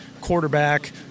quarterback